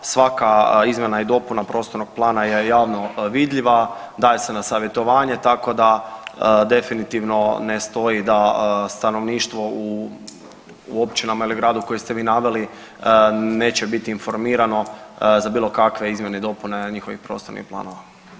Svaka izmjena i dopuna prostornog plana je javno vidljiva, daje se na savjetovanje tako da definitivno ne stoji da stanovništvo u općinama ili gradu koji ste vi naveli neće biti informirano za bilo kakve izmjene i dopune njihovih prostornih planova.